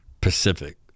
Pacific